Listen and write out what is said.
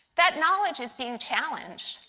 that knowledge is being challenged.